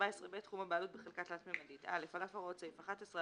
תחום הבעלות בחלקה תלת- ממדית 14ב. (א)על אף הוראת סעיף 11,